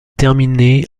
terminé